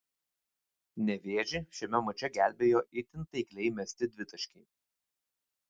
nevėžį šiame mače gelbėjo itin taikliai mesti dvitaškiai